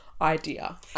idea